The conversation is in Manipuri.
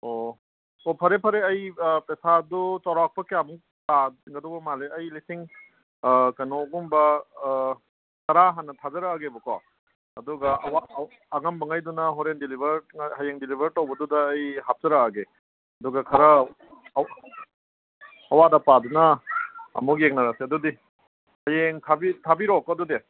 ꯑꯣ ꯑꯣ ꯐꯔꯦ ꯐꯔꯦ ꯑꯩ ꯄꯩꯁꯥꯗꯨ ꯆꯥꯎꯔꯥꯛꯄ ꯀꯌꯥꯃꯨꯛ ꯇꯥꯒꯗꯧꯕ ꯃꯥꯜꯂꯤ ꯑꯩ ꯂꯤꯁꯤꯡ ꯀꯩꯅꯣꯒꯨꯝꯕ ꯇꯔꯥ ꯍꯥꯟꯅ ꯊꯥꯖꯔꯛꯂꯒꯦꯕꯀꯣ ꯑꯗꯨꯒ ꯑꯉꯝꯕꯈꯩꯗꯨꯅ ꯍꯣꯔꯦꯟ ꯗꯤꯂꯤꯕꯔ ꯍꯌꯦꯡ ꯗꯤꯂꯤꯕꯔ ꯇꯧꯕꯗꯨꯗ ꯑꯩ ꯍꯥꯞꯆꯔꯛꯂꯒꯦ ꯑꯗꯨꯒ ꯈꯔ ꯑꯋꯥꯠ ꯑꯄꯥꯗꯨꯅ ꯑꯃꯨꯛ ꯌꯦꯡꯅꯔꯁꯦ ꯑꯗꯨꯗꯤ ꯍꯌꯦꯡ ꯊꯥꯕꯤꯔꯛꯂꯣꯀꯣ ꯑꯗꯨꯗꯤ